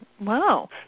Wow